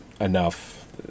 enough